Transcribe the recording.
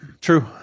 True